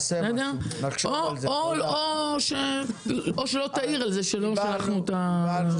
הוועדה או שלא תעיר על זה שלא שלחנו בכתב.